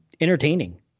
entertaining